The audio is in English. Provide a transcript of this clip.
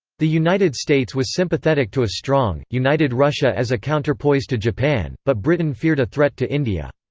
the united states was sympathetic to a strong, united russia as a counterpoise to japan, but britain feared a threat to india.